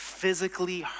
physically